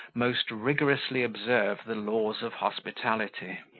most rigorously observe the laws of hospitality.